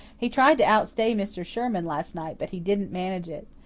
he tried to outstay mr. sherman last night, but he didn't manage it.